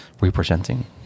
representing